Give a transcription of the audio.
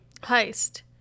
Heist